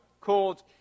called